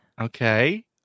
Okay